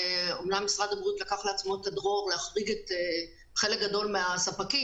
אמנם משרד הבריאות לקח לעצמו את הדרור להחריג את חלק הגדול מהספקים,